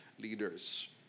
leaders